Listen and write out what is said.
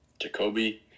Jacoby